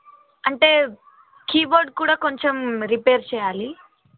అంటే కీబోర్డ్ కూడా కొంచెం రిపేర్ చేయాలి